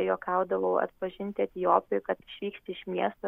juokaudavau atpažinti etiopiją kad išvyksti iš miesto